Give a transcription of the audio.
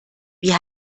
wie